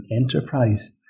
enterprise